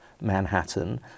Manhattan